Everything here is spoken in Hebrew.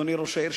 אדוני ראש העיר,